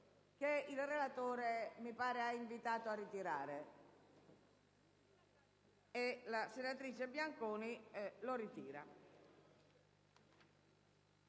Grazie